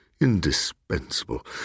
Indispensable